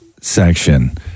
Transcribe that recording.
section